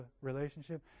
relationship